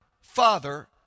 Father